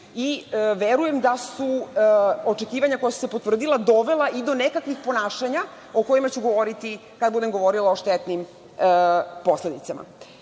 i verujem da su očekivanja koja su se potvrdila dovela i do nekakvih ponašanja, o kojima ću govoriti kada budem govorila o štetnim posledicama. Dakle,